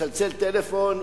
מצלצל טלפון,